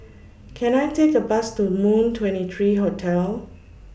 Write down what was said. Can I Take A Bus to Moon twenty three Hotel